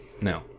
No